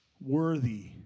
worthy